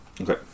Okay